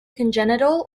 congenital